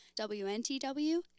WNTW